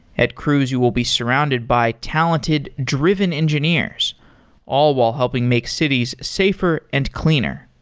at cruise you will be surrounded by talented, driven engineers all while helping make cities safer and cleaner.